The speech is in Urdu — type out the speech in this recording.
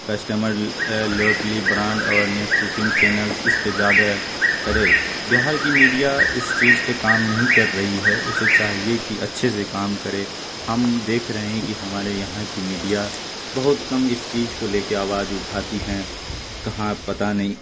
customer loyalty brand awareness cooking channels اس پہ زیادہ کرے بہار کی میڈیا اس چیز پہ کام نہیں کر رہی ہے اسے چاہیے کہ اچھے سے کام کرے ہم دیکھ رہے ہیں کہ ہمارے یہاں کی میڈیا بہت کم اس چیز کو لے کے آواز اٹھاتی ہیں کہاں پتہ نہیں